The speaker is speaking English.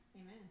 Amen